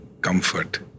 comfort